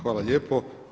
Hvala lijepo.